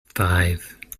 five